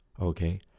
Okay